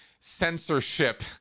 censorship